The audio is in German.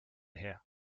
her